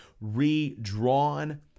redrawn